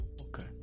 okay